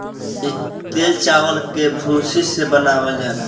इ तेल चावल के भूसी से बनावल जाला